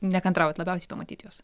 nekantraujat labiausiai pamatyti juos